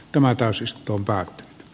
valoisampi tulevaisuus